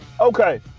Okay